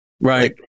Right